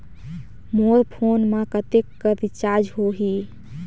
मोर phone मा कतेक कर रिचार्ज हो ही?